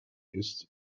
ist